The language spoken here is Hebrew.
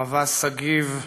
ערבה שגיב,